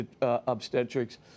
obstetrics